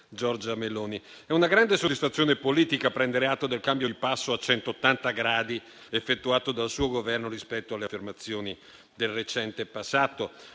è una grande soddisfazione politica prendere atto del cambio di passo a 180 gradi effettuato dal suo Governo rispetto alle affermazioni del recente passato.